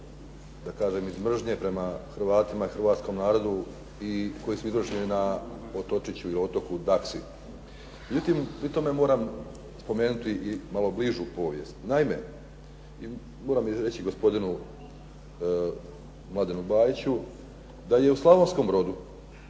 da kažem iz mržnje prema Hrvatima i prema hrvatskom narodu koji su izvršeni na otočiću ili otoku Daksi. Međutim pri tome moram spomenuti i malo bližu povijest. Naime, moram izreći gospodinu Mladenu Bajiću da je u Slavonskom Brodu